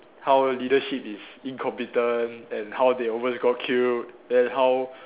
how leadership is incompetent then how they almost got killed then how